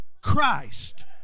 Christ